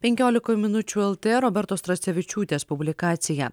penkiolikoj minučių lt robertos tracevičiūtės publikacija